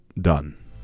done